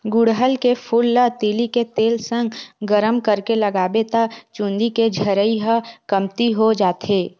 गुड़हल के फूल ल तिली के तेल संग गरम करके लगाबे त चूंदी के झरई ह कमती हो जाथे